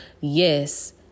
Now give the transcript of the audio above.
Yes